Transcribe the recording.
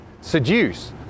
seduce